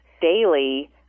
daily